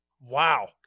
wow